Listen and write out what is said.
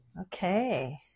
Okay